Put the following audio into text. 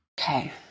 Okay